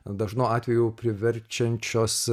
dažnu atveju priverčiančios